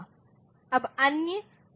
अब अन्य अंतर और समानताएं इस तरह हैं